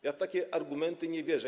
Ja w takie argumenty nie wierzę.